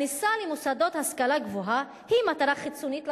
הכניסה למוסדות השכלה גבוהה היא מטרה חיצונית לחינוך?